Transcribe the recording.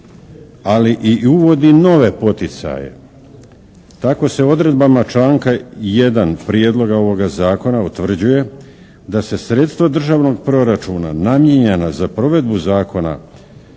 ali i uvodi nove poticaje. Tako se odredbama članka 1. prijedloga ovoga zakona utvrđuje da se sredstva državnog proračuna namijenjena za provedbu Zakona